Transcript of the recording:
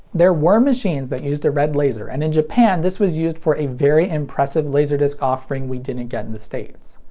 there were machines that used a red laser, and in japan this was used for a very impressive laserdisc offering we didn't get in the states.